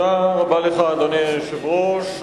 אדוני היושב-ראש,